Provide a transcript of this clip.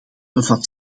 bevat